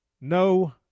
no